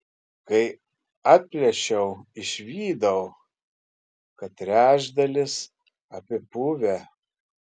kai atplėšiau išvydau kad trečdalis apipuvę